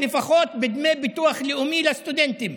לפחות בדמי ביטוח לאומי לסטודנטים.